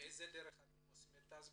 ובאיזו דרך אתם עושים אותה.